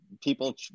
people